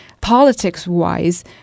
politics-wise